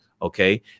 Okay